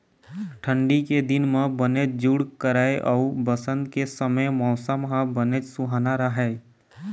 ठंडी के दिन म बनेच जूड़ करय अउ बसंत के समे मउसम ह बनेच सुहाना राहय